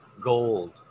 gold